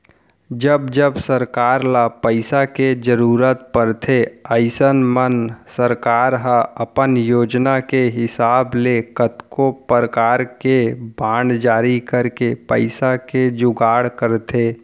जब जब सरकार ल पइसा के जरूरत परथे अइसन म सरकार ह अपन योजना के हिसाब ले कतको परकार के बांड जारी करके पइसा के जुगाड़ करथे